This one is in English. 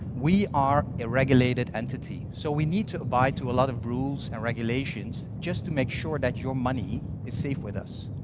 we are a regulated entity. so we need to abide to a lot of rules and regulations just to make sure that your money is safe with us.